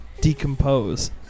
decompose